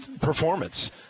performance